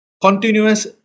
continuous